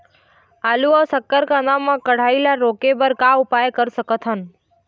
आलू अऊ शक्कर कांदा मा कढ़ाई ला रोके बर का उपाय कर सकथन?